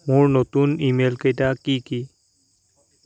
মোৰ নতুন ই মেইলকেইটা কি কি